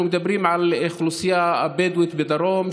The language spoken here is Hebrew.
אנחנו מדברים על האוכלוסייה הבדואית בדרום,